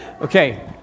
Okay